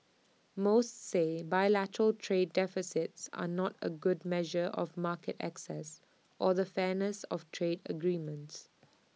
most say bilateral trade deficits are not A good measure of market access or the fairness of trade agreements